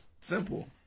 Simple